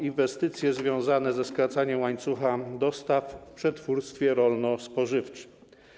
Inwestycje związane ze skracaniem łańcucha dostaw w przetwórstwie rolno-spożywczym.